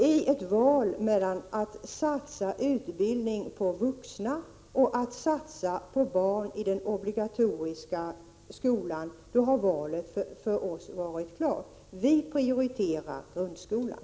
I ett val mellan att satsa på utbildning åt vuxna och att satsa på barn i den obligatoriska skolan har det för oss varit helt klart: Vi prioriterar grundskolan.